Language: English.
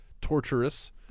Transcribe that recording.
torturous